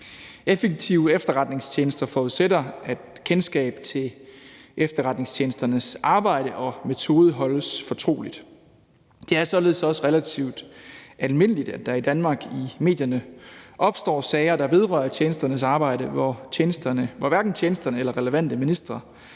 Effektive efterretningstjenester forudsætter, at kendskab til efterretningstjenesternes arbejde og metoder holdes fortroligt. Det er således også relativt almindeligt, at der i Danmark i medierne opstår sager, der vedrører tjenesternes arbejde, hvor hverken tjenesterne eller relevante ministre